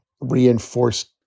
reinforced